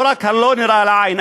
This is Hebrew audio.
לא רק הלא-נראה לעין,